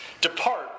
Depart